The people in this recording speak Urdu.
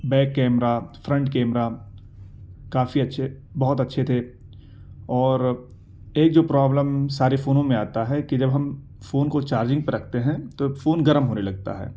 بیک کیمرہ فرنٹ کیمرہ کافی اچھے بہت اچھے تھے اور ایک جو پرابلم ساری فونوں میں آتا ہے کہ جب ہم فون کو چارجنگ پہ رکھتے ہیں تو فون گرم ہونے لگتا ہے